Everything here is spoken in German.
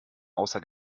außer